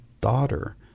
daughter